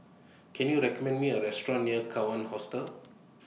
Can YOU recommend Me A Restaurant near Kawan Hostel